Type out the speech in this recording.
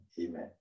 Amen